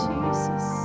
Jesus